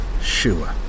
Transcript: Sure